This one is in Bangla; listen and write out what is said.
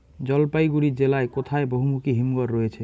জলপাইগুড়ি জেলায় কোথায় বহুমুখী হিমঘর রয়েছে?